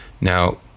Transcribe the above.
Now